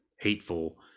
hateful